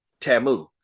tamu